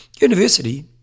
University